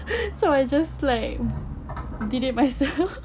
so I just like did it myself